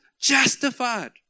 justified